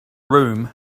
room